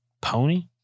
Pony